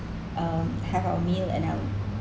um have our meal and I'll